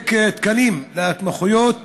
יספק תקנים להתמחויות?